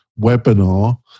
webinar